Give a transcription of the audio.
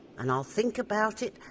and i'll think about it,